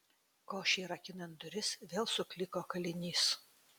košei rakinant duris vėl sukliko kalinys